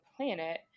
planet